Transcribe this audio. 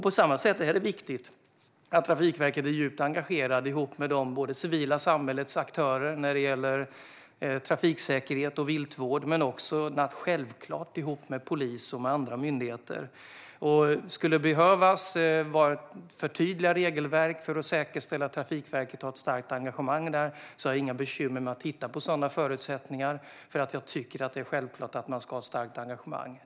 På samma sätt är det viktigt att Trafikverket är djupt engagerat både ihop med det civila samhällets aktörer när det gäller trafiksäkerhet och viltvård och självklart också ihop med polis och med andra myndigheter. Skulle det behövas förtydligade regelverk för att säkerställa att Trafikverket har ett starkt engagemang i detta är det inga bekymmer att titta på sådana förutsättningar, för jag tycker att det är självklart att man ska ha ett starkt engagemang.